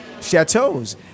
chateaus